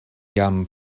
jam